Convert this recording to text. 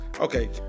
Okay